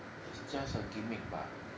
is just a gimmick bah